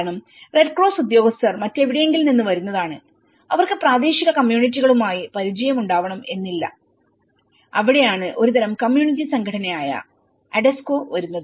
കാരണം Red Cross ഉദ്യോഗസ്ഥർ മറ്റെവിടെയെങ്കിലും നിന്ന് വരുന്നതാണ് അവർക്ക് പ്രാദേശിക കമ്മ്യൂണിറ്റികളുമായി പരിചയം ഉണ്ടാവണം എന്നില്ല അവിടെയാണ് ഒരുതരം കമ്മ്യൂണിറ്റി സംഘടനയായ അഡെസ്കോ വരുന്നത്